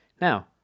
Now